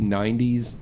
90s